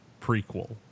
prequel